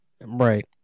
Right